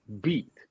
beat